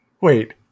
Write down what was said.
Wait